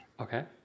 Okay